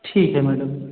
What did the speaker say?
ठीक है मैडम